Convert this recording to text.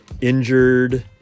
injured